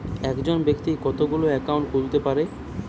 একজন ব্যাক্তি কতগুলো অ্যাকাউন্ট খুলতে পারে?